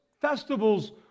festivals